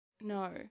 No